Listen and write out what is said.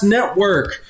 Network